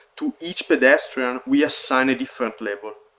to each pedestrian, we assign a different flavor.